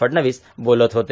फडणवीस बोलत होते